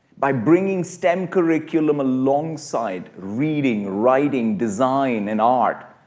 by bringing stem curriculum alongside reading, writing, design, and art,